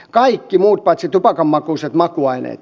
kaikki muut paitsi tupakanmakuiset makuaineet